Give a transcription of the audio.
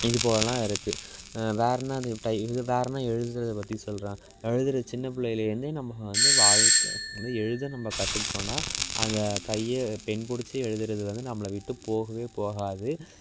இது போலலாம் இருக்குது வேற என்னது இப் டைப் இது வேற என்ன எழுதுகிறத பற்றி சொல்கிறேன் எழுதுகிறது சின்ன பிள்ளையில் இருந்து நம்ம வந்து வாழ்க்கை வந்து எழுதி நம்ம கத்துக்கிட்டோன்னா அந்த கையை பென் புடித்து எழுதுகிறது வந்து நம்மளை விட்டு போகவே போகாது